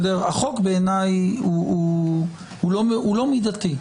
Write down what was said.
החוק בעיניי הוא לא מידתי.